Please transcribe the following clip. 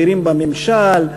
בכירים בממשל,